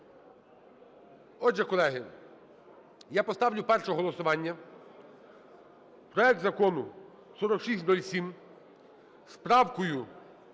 Отже, колеги, я поставлю перше голосування - проект Закону 4607 з правкою